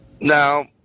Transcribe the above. Now